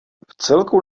vcelku